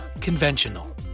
Conventional